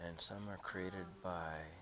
and some are created by